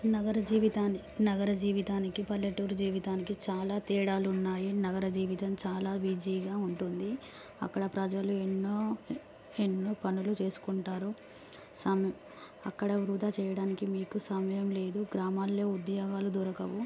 నగర జీవితాన్ని నగర జీవితానికి పల్లెటూరు జీవితానికి చాలా తేడాలు ఉన్నాయి నగర జీవితం చాలా బిజీగా ఉంటుంది అక్కడ ప్రజలు ఎన్నో ఎన్నో పనులు చేసుకుంటారు సమయం అక్కడ వృధా చేయడానికి మీకు సమయం లేదు గ్రామాల్లో ఉద్యోగాలు దొరకవు